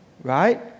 right